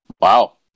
Wow